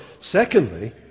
Secondly